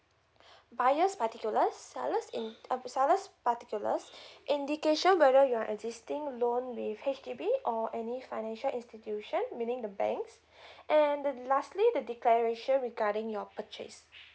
buyer's particulars sellers in um seller's particulars indication whether your existing loan with H_D_B or any financial institution meaning the banks and the lastly the declaration regarding your purchase